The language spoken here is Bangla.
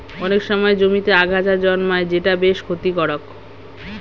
অনেক সময় জমিতে আগাছা জন্মায় যেটা বেশ ক্ষতিকারক